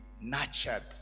nurtured